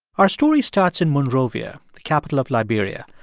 our story starts in monrovia, the capital of liberia.